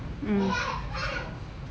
mm